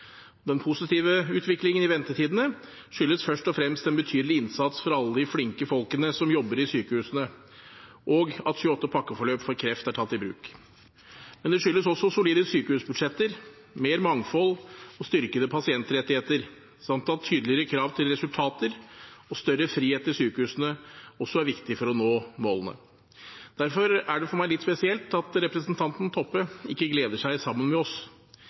Den positive utviklingen i ventetidene skyldes først og fremst en betydelig innsats fra alle de flinke folkene som jobber i sykehusene, og at 28 pakkeforløp for kreft er tatt i bruk. Men det skyldes også solide sykehusbudsjetter, mer mangfold og styrkede pasientrettigheter, samt at tydeligere krav til resultater og større frihet til sykehusene også er viktig for å nå målene. Derfor er det for meg litt spesielt at representanten Toppe ikke gleder seg sammen med oss.